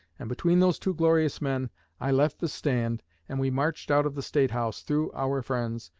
and between those two glorious men i left the stand and we marched out of the state house through our friends,